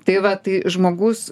tai va tai žmogus